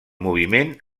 moviment